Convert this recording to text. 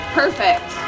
perfect